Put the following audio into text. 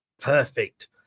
Perfect